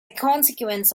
consequence